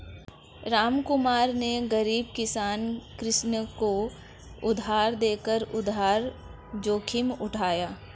रामकुमार ने गरीब किसान कृष्ण को उधार देकर उधार जोखिम उठाया